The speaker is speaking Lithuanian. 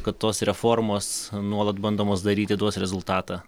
kad tos reformos nuolat bandomos daryti duos rezultatą